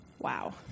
Wow